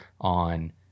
on